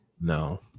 no